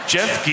Jeff